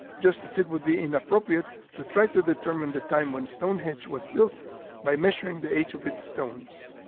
just as it would be inappropriate to try to determine the time when stonehenge was built by measuring the age of its stones.